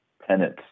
penance